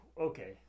okay